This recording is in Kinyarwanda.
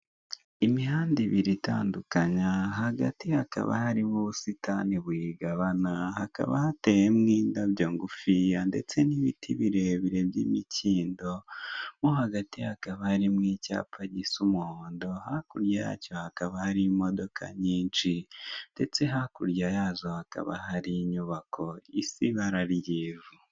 Imihanda imibiri itandukanye, hagati hakaba harimo ubusitani buyigabana, hakaba hateyemo indabyo ngufiya ndetse n'ibiti birebire by'imikindo, mo hagati hakaba harimo icyapa gisa umuhondo, hakurya yacyo hakaba hari imodoka nyinshi, ndetse hakurya yazo hakaba hari inyubako isa ibara ry'ivu.